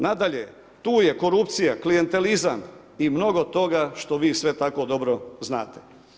Nadalje, tu je korupcija, klijentelizam i mnogo toga što vi sve tako dobro znate.